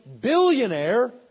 billionaire